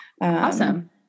Awesome